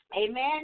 Amen